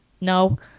no